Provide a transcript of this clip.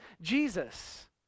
Jesus